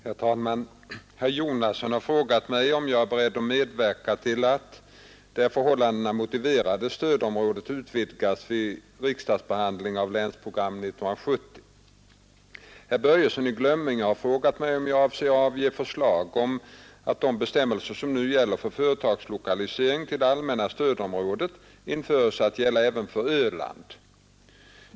Herr talman! Herr Jonasson har frågat mig om jag är beredd att medverka till att, där förhållandena motiverar det, stödområdet utvidgas vid riksdagsbehandlingen av Länsprogram 1970. Herr Börjesson i Glömminge har frågat mig om jag avser att avge förslag om att de bestämmelser som nu gäller för företagslokalisering till det allmänna stödområdet införes att gälla även för Öland.